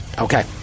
Okay